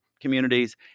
communities